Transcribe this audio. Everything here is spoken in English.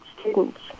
students